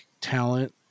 talent